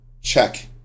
check